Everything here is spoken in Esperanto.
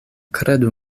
kredu